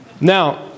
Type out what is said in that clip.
Now